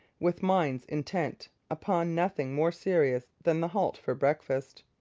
with minds intent upon nothing more serious than the halt for breakfast.